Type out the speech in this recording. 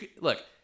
look